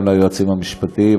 גם ליועצים המשפטיים,